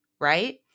right